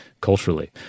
culturally